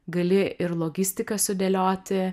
gali ir logistiką sudėlioti